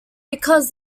because